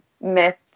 myth